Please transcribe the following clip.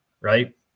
right